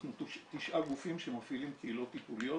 אנחנו תשעה גופים שמפעילים קהילות טיפוליות